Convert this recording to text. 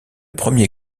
premier